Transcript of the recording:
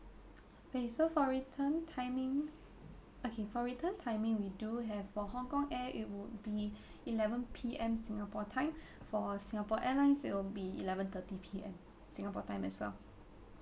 okay so for return timing okay for return timing we do have for hong-kong air it would be eleven P_M singapore time for singapore airlines it will be eleven thirty P_M singapore time as well